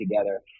together